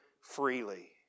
freely